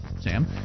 Sam